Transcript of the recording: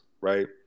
right